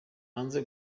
hanze